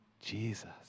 Jesus